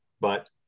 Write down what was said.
But-